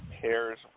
pairs